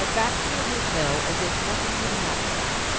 drive back to your hotel as if nothing had happened.